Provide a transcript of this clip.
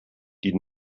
die